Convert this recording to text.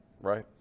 right